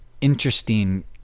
interesting